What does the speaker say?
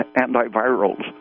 antivirals